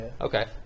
Okay